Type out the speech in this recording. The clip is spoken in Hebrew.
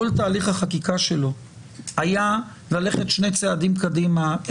כל תהליך החקיקה שלו היה ללכת שני צעדים קדימה,